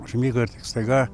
užmigo ir tik staiga